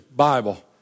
Bible